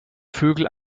vögel